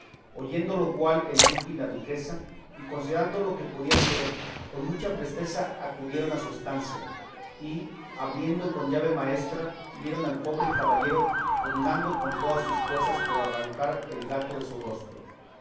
oyendo lo cual el duque y la duquesa y considerando lo que podía ser con mucha presteza acudieron a su estancia y abriendo con llave maestra vieron al pobre caballero pugnando con todas sus fuerzas por arrancar el gato de su rostro